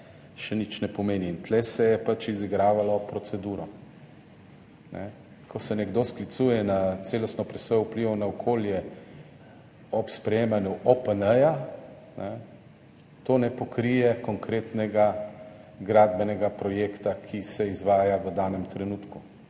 še nič ne pomeni in tu se je pač izigravalo proceduro. Ko se nekdo sklicuje na celostno presojo vplivov na okolje ob sprejemanju OPN, to ne pokrije konkretnega gradbenega projekta, ki se izvaja v danem trenutku.